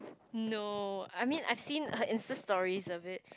no I mean I've seen her insta stories of it